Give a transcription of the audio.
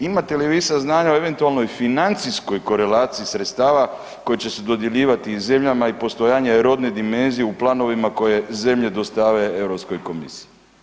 Imate li vi saznanja o eventualnoj financijskoj korelaciji sredstava koja će se dodjeljivati zemljama i postojanje rodne dimenzije u planovima koje zemlje dostave Europskoj komisiji.